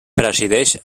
presideix